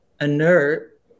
inert